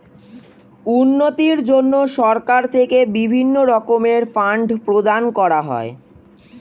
উন্নতির জন্য সরকার থেকে বিভিন্ন রকমের ফান্ড প্রদান করা হয়